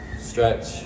stretch